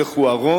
המלך הוא עירום,